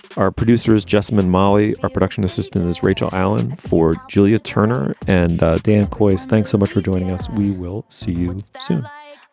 our producers just met molly. our production assistant is rachel allen for julia turner and dan kois. thanks so much for joining us. we will see you and soon like